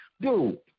dude